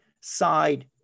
side